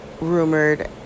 rumored